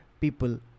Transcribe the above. people